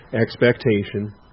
expectation